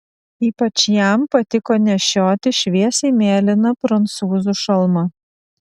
ypač jam patiko nešioti šviesiai mėlyną prancūzų šalmą